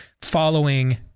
following